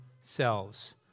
selves